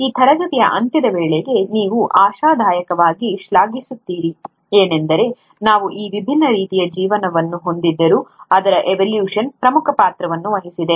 ಈ ತರಗತಿಯ ಅಂತ್ಯದ ವೇಳೆಗೆ ನೀವು ಆಶಾದಾಯಕವಾಗಿ ಶ್ಲಾಘಿಸುತ್ತೀರಿ ಏನೆಂದರೆ ನಾವು ಈ ವಿಭಿನ್ನ ರೀತಿಯ ಜೀವನವನ್ನು ಹೊಂದಿದ್ದರೂ ಅದರ ಎವೊಲ್ಯೂಶನ್ ಪ್ರಮುಖ ಪಾತ್ರವನ್ನು ವಹಿಸಿದೆ